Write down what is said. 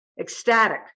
ecstatic